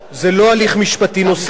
זה לא הליך משפט נוסף.